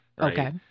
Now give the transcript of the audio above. okay